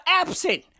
absent